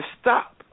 stop